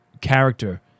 character